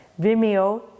Vimeo